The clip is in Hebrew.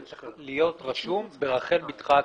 וצריך להיות רשום ברחל בתך הקטנה.